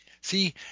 See